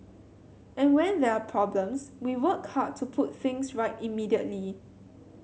and when there are problems we work hard to put things right immediately